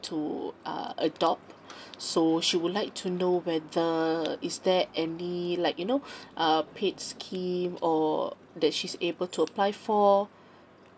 to uh adopt so she would like to know whether is there any like you know um paid scheme or that she's able to apply for